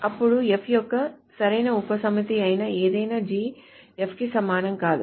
అప్పుడు F యొక్క సరైన ఉపసమితి అయిన ఏదైనా G F కి సమానం కాదు